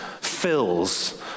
fills